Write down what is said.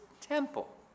temple